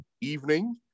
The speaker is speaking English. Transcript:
evening